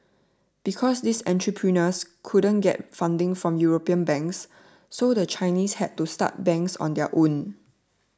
because these entrepreneurs couldn't get funding from European banks so the Chinese had to start banks on their own